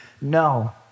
No